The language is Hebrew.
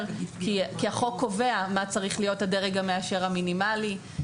כי החוק קובע מה צריך להיות הדרג המאשר המינימלי.